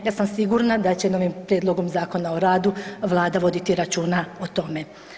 Ja sam sigurna da će novim prijedlogom Zakona o radu Vlada voditi računa o tome.